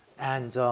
and,